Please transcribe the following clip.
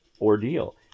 ordeal